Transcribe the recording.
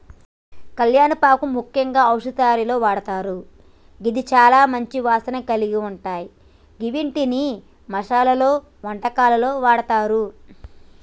కళ్యామాకు ముఖ్యంగా ఔషధ తయారీలో వాడతారు గిది చాల మంచి వాసన కలిగుంటాయ గివ్విటిని మసాలలో, వంటకాల్లో వాడతారు